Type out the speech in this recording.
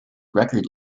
record